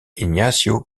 ignacio